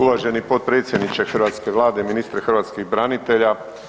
Uvaženi potpredsjedniče hrvatske Vlade i ministre hrvatskih branitelja.